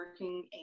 working